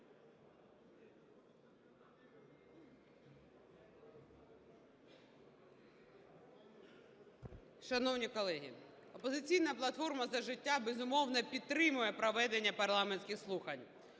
Шановні колеги! "Опозиційна платформа - За життя", безумовно, підтримує проведення парламентських слухань.